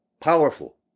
Powerful